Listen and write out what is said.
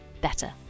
better